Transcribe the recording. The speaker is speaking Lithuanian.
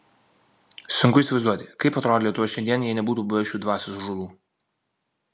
sunku įsivaizduoti kaip atrodytų lietuva šiandien jei nebūtų buvę šių dvasios ąžuolų